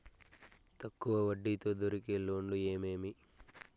తక్కువ వడ్డీ తో దొరికే లోన్లు ఏమేమి